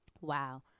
wow